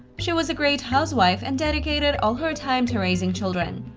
she was a great housewife and dedicated all her time to raising children.